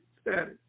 status